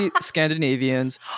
Scandinavians